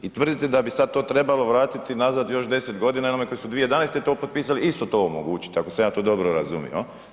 I tvrdite da bi sad to trebalo vratiti nazad još 10 godina jer onima koji su 2011. to potpisali isto to omogućiti, ako sam ja to dobro razumio.